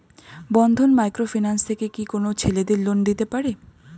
বন্ধন micro finance থেকে কি কোন ছেলেদের লোন দিতে পারে?